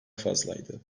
fazlaydı